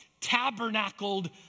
tabernacled